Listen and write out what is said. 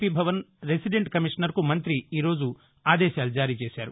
P Bhavan resident కమీషనర్కు మంత్రి ఈరోజు ఆదేశాలు జారీ చేశారు